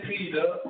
Peter